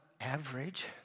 average